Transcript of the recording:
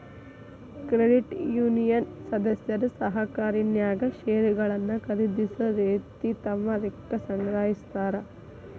credit union ಸದಸ್ಯರು ಸಹಕಾರಿನ್ಯಾಗ್ ಷೇರುಗಳನ್ನ ಖರೇದಿಸೊ ರೇತಿ ತಮ್ಮ ರಿಕ್ಕಾ ಸಂಗ್ರಹಿಸ್ತಾರ್